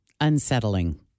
unsettling